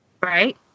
right